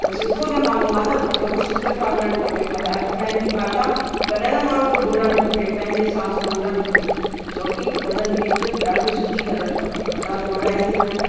त सुठो ज़मानो आहे न छोकि सुठे सां हलणु खपे पर अॼु पंहिंजी भाषा कॾहिं न माण्हुनि खे भुलणु खपे पंहिंजे हिसाब सां हलणु खपे छोकि वॾनि जी इज़त ॾाढी सुठी करणु खपे वॾा त वॾा ई थींदा आहिनि